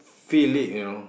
feel like you know